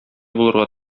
булырга